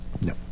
No